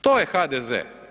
To je HDZ.